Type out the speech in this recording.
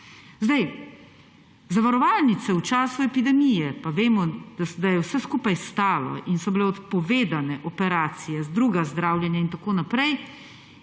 Za zavarovalnice v času epidemije – pa vemo, da je vse skupaj stalo in so bile odpovedane operacije, druga zdravljenja in tako naprej